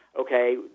okay